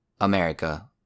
America